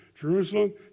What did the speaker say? Jerusalem